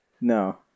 No